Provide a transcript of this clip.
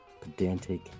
pedantic